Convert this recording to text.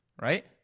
right